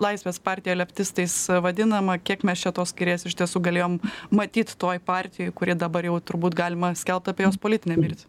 laisvės partija leftistais vadinama kiek mes čia tos kairės iš tiesų galėjom matyt toj partijoj kuri dabar jau turbūt galima skelbt apie jos politinę mirtį